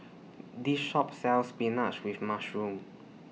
This Shop sells Spinach with Mushroom